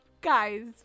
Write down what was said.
Guys